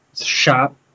shop